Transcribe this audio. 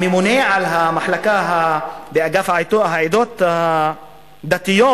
הממונה באגף העדות הדתיות